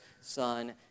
son